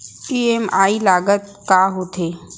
EMI लागत का होथे?